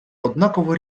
однаково